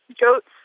goats